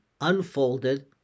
unfolded